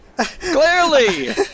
Clearly